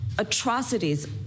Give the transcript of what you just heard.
Atrocities